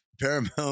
paramount